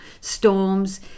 storms